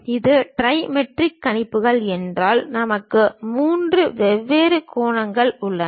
இது ட்ரைமெட்ரிக் கணிப்புகள் என்றால் நமக்கு மூன்று வெவ்வேறு கோணங்கள் உள்ளன